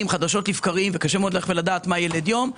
לדשות לבקרים וקשה מאוד לדעת מה ילד יום,